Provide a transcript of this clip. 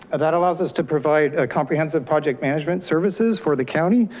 ah that allows us to provide a comprehensive project manager services for the county.